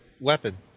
weapon